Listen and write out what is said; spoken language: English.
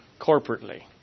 corporately